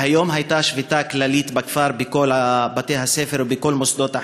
והיום הייתה שביתה כללית בכפר בכל בתי-הספר ובכל מוסדות החינוך,